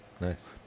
Nice